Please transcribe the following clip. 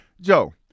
Joe